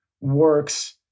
works